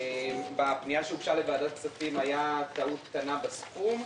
בפנייה שהוגשה לוועדת הכספים הייתה טעות קטנה בסכום.